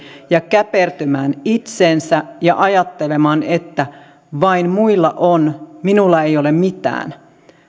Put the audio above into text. ja käpertymään itseensä ja ajattelemaan että vain muilla on minulla ei ole mitään